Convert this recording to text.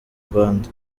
rwanda